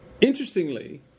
interestingly